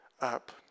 up